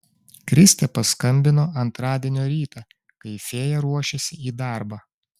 kristė paskambino antradienio rytą kai fėja ruošėsi į darbą